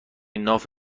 ناف